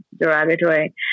derogatory